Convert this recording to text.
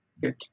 good